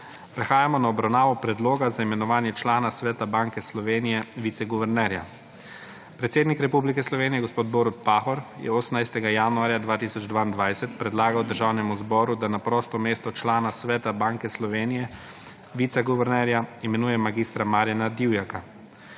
Prehajamo na obravnavo Predloga za imenovanje člana Sveta Banke Slovenije ‒ viceguvernerja. Predsednik Republike Slovenije gospod Borut Pahor je 18. januarja 2022 predlagal Državnemu zboru, da na prosto mesto člana Sveta Banke Slovenije ‒ viceguvernerja imenuje mag. Marjana Divjaka.